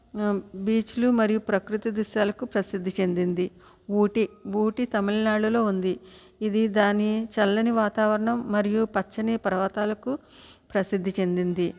బీచ్లు మరియు ప్రకృతి దృశ్యాలకు ప్రసిద్ధి చెందింది ఊటీ ఊటీ తమిళనాడులో ఉంది ఇది దాని చల్లని వాతావరణం మరియు పచ్చని పర్వతాలకు ప్రసిద్ధి చెందింది